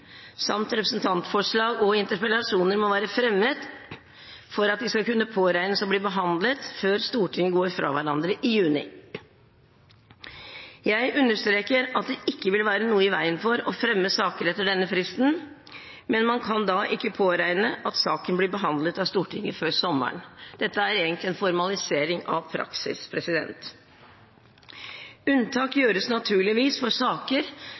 samt representantforslag og interpellasjoner må være fremmet for at de skal kunne påregnes å bli behandlet før Stortinget går fra hverandre i juni. Jeg understreker at det ikke vil være noe i veien for å fremme saker etter denne fristen, men man kan da ikke påregne at saken blir behandlet av Stortinget før sommeren. Dette er egentlig en formalisering av praksis. Unntak gjøres naturligvis for saker